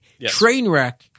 Trainwreck